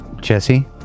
Jesse